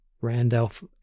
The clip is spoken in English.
Randolph